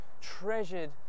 treasured